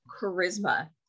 charisma